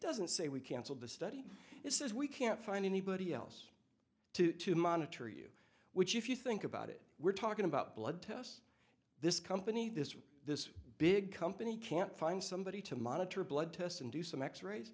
doesn't say we canceled the study it says we can't find anybody else to to monitor you which if you think about it we're talking about blood tests this company this this big company can't find somebody to monitor a blood test and do some x rays